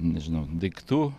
nežinau daiktų